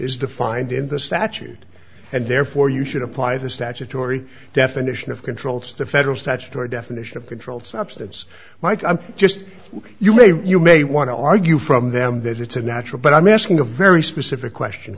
is defined in the statute and therefore you should apply the statutory definition of controls to federal statutory definition of controlled substance mike i'm just you may you may want to argue from them that it's a natural but i'm asking a very specific question